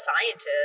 scientist